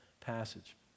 passage